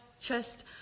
chest